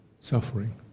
suffering